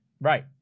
right